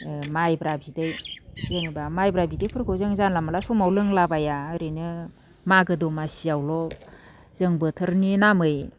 ओ माइब्रा बिदै जेनोबा माइब्रा बिदैफोरखौ जों जानला मोनला समाव लोंलाबाया ओरैनो मागो दमासियावल' जों बोथोरनि नामै